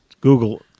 Google